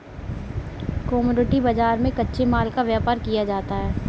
commodity बाजार में कच्चे माल का व्यापार किया जाता है